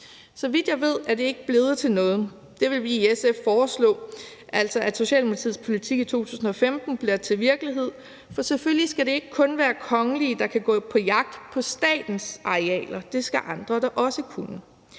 Så vidt jeg ved, at det ikke blevet til noget. Vi i SF vil foreslå, at Socialdemokratiets politik fra 2015 bliver til virkelighed. For selvfølgelig skal det ikke kun være kongelige, der kan gå på jagt på statens arealer; det skal andre da også kunne.